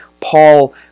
Paul